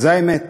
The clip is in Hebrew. זו האמת.